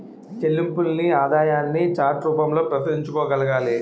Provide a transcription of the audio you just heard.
చెల్లింపుల్ని ఆదాయాన్ని చార్ట్ రూపంలో ప్రదర్శించగలగాలి